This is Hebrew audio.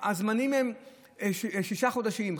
הזמנים הם שישה חודשים,